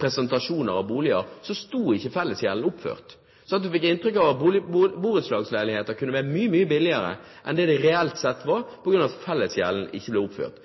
presentasjoner av boliger sto ikke fellesgjelden oppført. Man fikk inntrykk av at borettslagsleiligheter kunne være mye, mye billigere enn det de reelt sett var, på grunn av at fellesgjelden ikke ble oppført.